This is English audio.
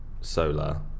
Solar